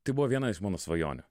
tai buvo viena iš mano svajonių